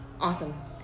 awesome